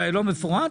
לא מפורט?